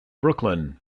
brooklyn